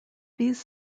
these